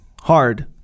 hard